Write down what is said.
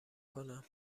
کنم